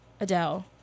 Adele